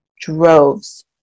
droves